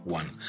one